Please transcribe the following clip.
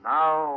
Now